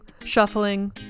shuffling